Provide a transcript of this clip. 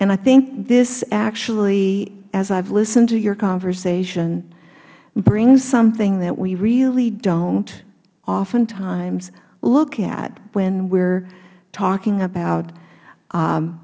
and i think this actually as i have listened to your conversation brings something that we really don't oftentimes look at when we are talking